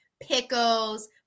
pickles